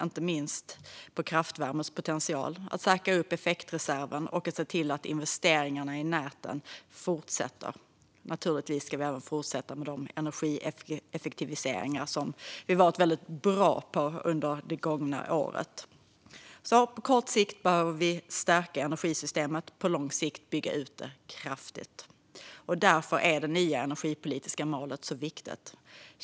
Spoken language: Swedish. Inte minst gäller det kraftvärmens potential, att säkra upp effektreserven och att se till att investeringarna i näten fortsätter. Naturligtvis ska vi även fortsätta med den energieffektivisering som vi har varit väldigt bra på under det gångna året. På kort sikt behöver vi alltså stärka energisystemet, och på lång sikt behöver vi bygga ut det kraftigt. Därför är det nya energipolitiska målet så viktigt.